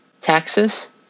taxes